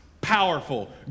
powerful